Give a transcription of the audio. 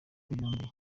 amakipe